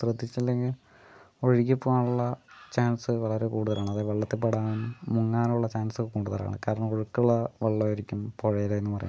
ശ്രദ്ധിച്ചില്ലെങ്കിൽ ഒഴുകി പോകാനുള്ള ചാൻസ് വളരെ കൂടുതലാണ് അതായത് വെള്ളത്തിൽപ്പെടാൻ മുങ്ങാനുള്ള ചാൻസ് കൂടുതലാണ് കാരണം ഒഴുക്കുള്ള വെള്ളായിരിക്കും പുഴയിലെന്നു പറയുമ്പോൾ